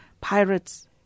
Pirates